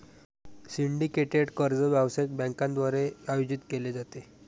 syndicated कर्ज व्यावसायिक बँकांद्वारे आयोजित केले जाते